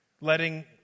letting